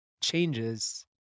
changes